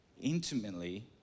intimately